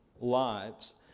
lives